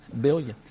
billion